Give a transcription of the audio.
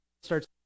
starts